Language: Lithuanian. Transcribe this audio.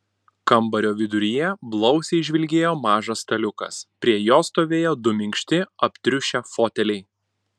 kambario viduryje blausiai žvilgėjo mažas staliukas prie jo stovėjo du minkšti aptriušę foteliai